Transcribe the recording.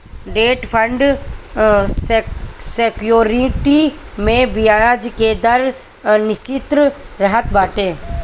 debt fund security में बियाज के दर निश्चित रहत बाटे